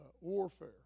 warfare